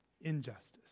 injustice